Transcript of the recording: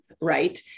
right